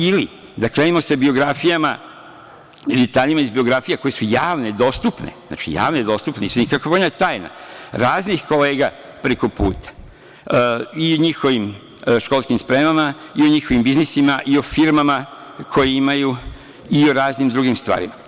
Ili, da krenemo sa biografijama i detaljima iz biografija koje su javne, dostupne, nisu nikakva vojna tajna, raznih kolega preko puta, o njihovim školskim spremama, o njihovim biznisima, o firmama koje imaju i o raznim drugim stvarima.